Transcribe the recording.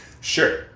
Sure